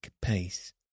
pace